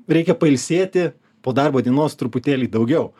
reikia pailsėti po darbo dienos truputėlį daugiau